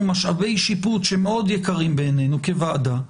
משאבי שיפוט שמאוד יקרים בעינינו כוועדה.